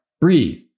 Breathe